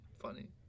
funny